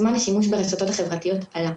זמן השימוש ברשתות החברתיות עלה,